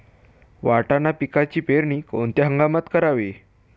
वाटाणा पिकाची पेरणी कोणत्या हंगामात करावी?